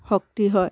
শক্তি হয়